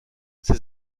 ses